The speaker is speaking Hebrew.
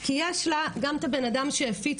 כי יש גם את הבן אדם שהפיץ,